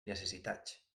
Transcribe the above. necessitats